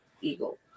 eagle